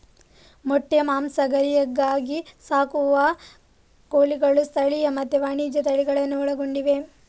ಮೊಟ್ಟೆ, ಮಾಂಸ, ಗರಿಗಾಗಿ ಸಾಕುವ ಕೋಳಿಗಳು ಸ್ಥಳೀಯ ಮತ್ತೆ ವಾಣಿಜ್ಯ ತಳಿಗಳನ್ನೂ ಒಳಗೊಂಡಿವೆ